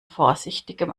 vorsichtigem